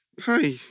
Hi